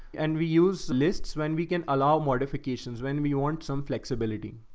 and we use, lists when we can allow modifications when we want some flexibility.